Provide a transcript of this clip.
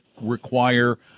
require